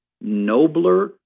nobler